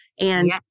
And-